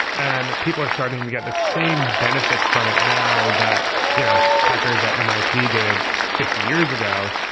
and people are starting to get the same benefits from it now that you know hackers at mit did fifty years ago.